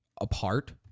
apart